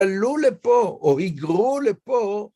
עלו לפה, או היגרו פה.